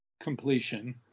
completion